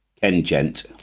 ken jent,